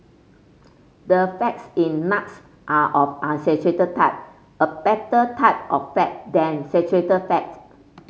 the fats in nuts are of unsaturated type a better type of fat than saturated fat